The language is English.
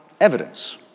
evidence